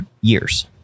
years